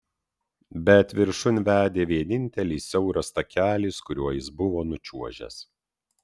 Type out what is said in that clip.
bet viršun vedė vienintelis siauras takelis kuriuo jis buvo nučiuožęs